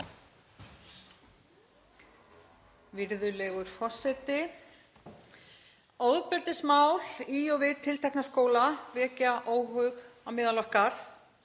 Virðulegur forseti. Ofbeldismál í og við tiltekna skóla vekja óhug á meðal okkar,